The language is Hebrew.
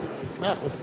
מאה אחוז.